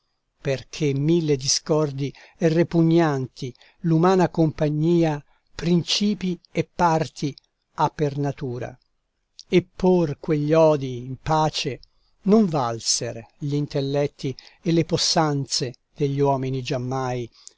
perché mille discordi e repugnanti l'umana compagnia principii e parti ha per natura e por quegli odii in pace non valser gl'intelletti e le possanze degli uomini giammai